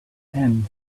end